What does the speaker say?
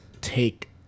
take